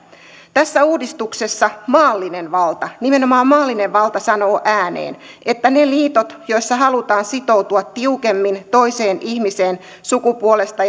tässä uudistuksessa maallinen valta nimenomaan maallinen valta sanoo ääneen että ne liitot joissa halutaan sitoutua tiukemmin toiseen ihmiseen sukupuolesta